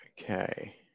Okay